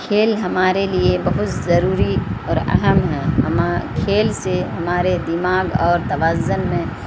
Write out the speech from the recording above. کھیل ہمارے لیے بہت ضروری اور اہم ہیں کھیل سے ہمارے دماغ اور توازن میں